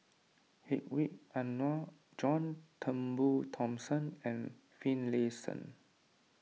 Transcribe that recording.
Hedwig Anuar John Turnbull Thomson and Finlayson